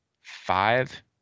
five